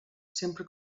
sempre